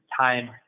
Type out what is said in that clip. time